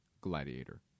Gladiator